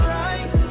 right